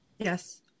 Yes